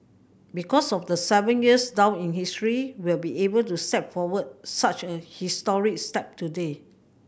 because of the seven years down in history we'll be able to step forward such a historic step today